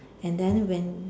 and then when